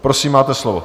Prosím, máte slovo.